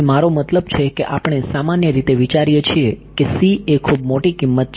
તેથી મારો મતલબ છે કે આપણે સામાન્ય રીતે વિચારીએ છીએ કે c એ ખૂબ મોટી કિંમત છે